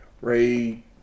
Ray